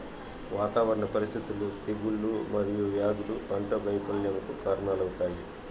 వాతావరణ పరిస్థితులు, తెగుళ్ళు మరియు వ్యాధులు పంట వైపల్యంకు కారణాలవుతాయి